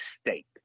state